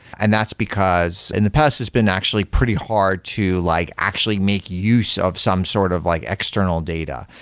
and that's because in the past it's been actually pretty hard to like actually make use of some sort of like external data.